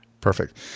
Perfect